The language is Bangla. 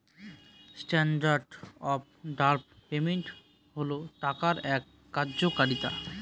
স্ট্যান্ডার্ড অফ ডেফার্ড পেমেন্ট হল টাকার এক কার্যকারিতা